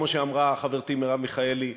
כמו שאמרה חברתי מרב מיכאלי,